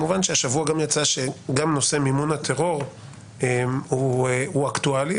כמובן שהשבוע גם יצא שגם נושא מימון הטרור הוא אקטואלי,